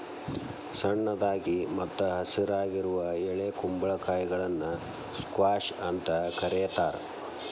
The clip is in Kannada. ಸಣ್ಣದಾಗಿ ಮತ್ತ ಹಸಿರಾಗಿರುವ ಎಳೆ ಕುಂಬಳಕಾಯಿಗಳನ್ನ ಸ್ಕ್ವಾಷ್ ಅಂತ ಕರೇತಾರ